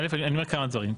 אני אומר כמה דברים.